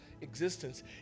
existence